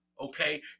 okay